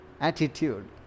Attitude